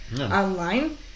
online